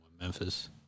Memphis